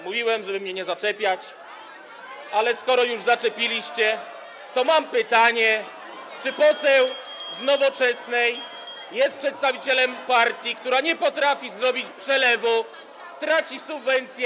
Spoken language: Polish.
Mówiłem, żeby mnie nie zaczepiać, ale skoro już zaczepiliście, to mam pytanie: Czy poseł z Nowoczesnej jest przedstawicielem partii, która nie potrafi zrobić przelewu, traci subwencje?